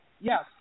Yes